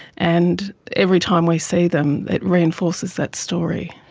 and every time we see them it reinforces that story.